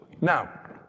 Now